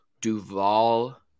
Duval